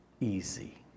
easy